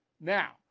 now